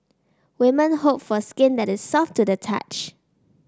women hope for skin that is soft to the touch